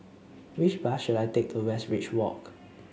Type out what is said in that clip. which bus should I take to Westridge Walk